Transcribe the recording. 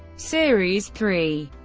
series three